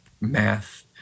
math